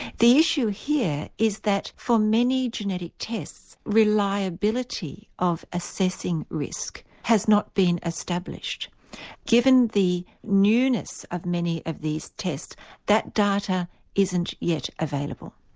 the issue here is that for many genetic tests reliability of assessing risk has not been established given the newness of many of these tests that data isn't yet available.